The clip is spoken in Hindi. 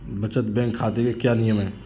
बचत बैंक खाते के क्या क्या नियम हैं?